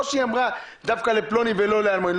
לא שהיא אמרה דווקא לפלוני ולא לאלמוני,